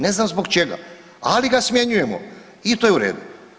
Ne znam zbog čega, ali ga smjenjujemo i to je u redu.